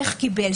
איך קיבל,